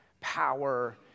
power